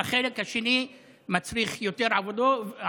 החלק השני מצריך יותר עבודה.